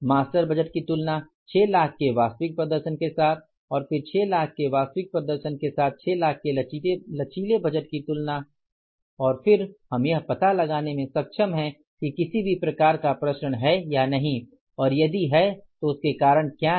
master budget की तुलना 6 लाख के वास्तविक प्रदर्शन के साथ और फिर 6 लाख के वास्तविक प्रदर्शन के साथ 6 लाख के लचीले बजट की तुलना और फिर हम यह पता लगाने में सक्षम हैं कि किसी भी प्रकार का प्रसरण है या नही और यदि है तो उसके कारण क्या हैं